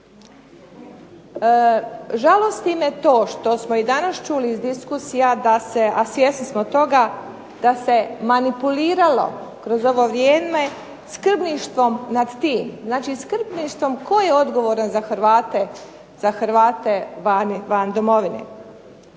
Žalosti me to što smo i danas čuli iz diskusija, a svjesni smo toga da se manipuliralo kroz ovo vrijeme skrbništvom nad tim. Znači, skrbništvom tko je odgovoran za Hrvate van domovine.